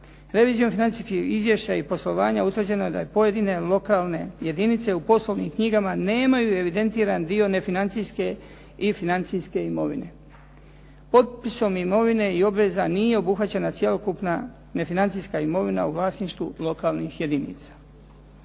Revizijom financijskih izvješća i poslovanja utvrđeno je da pojedine lokalne jedinice u poslovnim knjigama nemaju evidentiran dio nefinancijske i financijske imovine. Otpisom imovine i obveza nije obuhvaćena cjelokupna nefinancijska imovina u vlasništvu lokalnih jedinica.